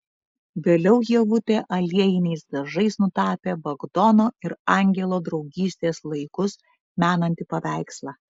vėliau ievutė aliejiniais dažais nutapė bagdono ir angelo draugystės laikus menantį paveikslą